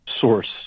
source